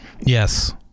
Yes